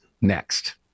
next